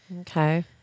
Okay